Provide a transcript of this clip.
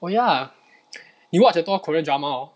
oh ya you watch 很多 korean drama hor